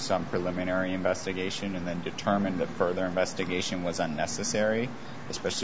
some preliminary investigation and then determine the further investigation was unnecessary especially